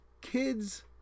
kids